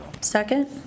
second